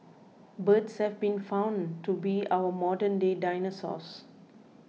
birds have been found to be our modernday dinosaurs